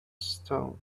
stone